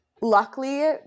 Luckily